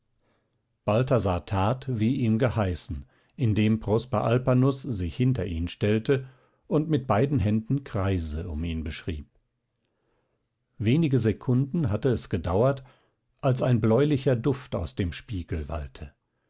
balthasar tat wie ihm geheißen indem prosper alpanus sich hinter ihn stellte und mit beiden händen kreise um ihn beschrieb wenige sekunden hatte es gedauert als ein bläulicher duft aus dem spiegel wallte